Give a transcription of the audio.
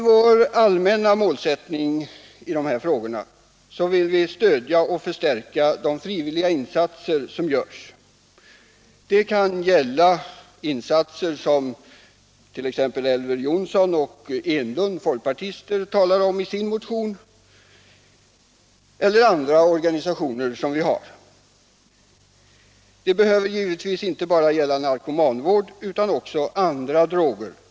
Vår allmänna målsättning i dessa frågor är att stödja och förstärka de frivilliga insatser som görs. Det kan gälla insatser t.ex. av det slag som folkpartisterna Elver Jonsson och Eric Enlund talar om i sin motion, och det kan gälla insatser som görs av andra organisationer. Det behöver givetvis inte bara gälla narkomanvård utan också vård av dem som använder andra droger.